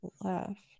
left